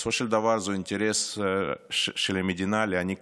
בסופו של דבר זה אינטרס של המדינה להעניק